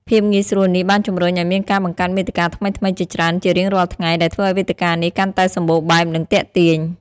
ភាពងាយស្រួលនេះបានជំរុញឱ្យមានការបង្កើតមាតិកាថ្មីៗជាច្រើនជារៀងរាល់ថ្ងៃ ដែលធ្វើឱ្យវេទិកានេះកាន់តែសម្បូរបែប និងទាក់ទាញ។